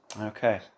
Okay